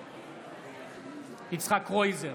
נגד יצחק קרויזר,